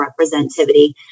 representativity